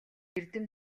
эрдэм